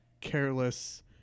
careless